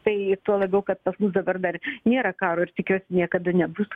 tai tuo labiau kad pas mus dabar dar nėra karo ir tikiuosi niekada nebus